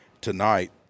tonight